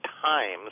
times